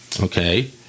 okay